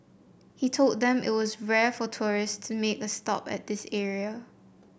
he told them that it was rare for tourist to make a stop at this area